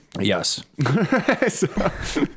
yes